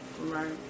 Right